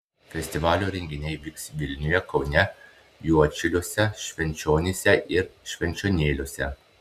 festivalio renginiai vyks vilniuje kaune juodšiliuose švenčionyse ir švenčionėliuose